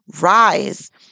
Rise